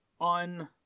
on